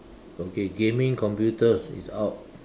okay gaming computers is out